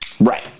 Right